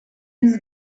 his